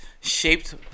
Shaped